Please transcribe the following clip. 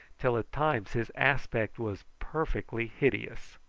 till at times his aspect was perfectly hideous.